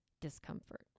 discomfort